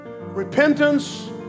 Repentance